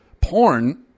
porn